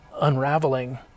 unraveling